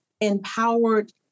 empowered